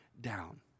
down